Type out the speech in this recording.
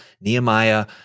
Nehemiah